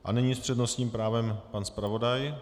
A nyní s přednostním právem pan zpravodaj.